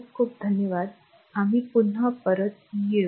खूप खूप धन्यवाद आम्ही पुन्हा परत येऊ